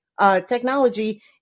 technology